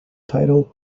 title